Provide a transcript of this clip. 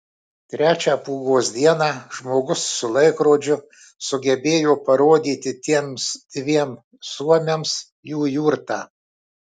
trečią pūgos dieną žmogus su laikrodžiu sugebėjo parodyti tiems dviem suomiams jų jurtą